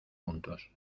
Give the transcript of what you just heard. juntos